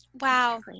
wow